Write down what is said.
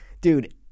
dude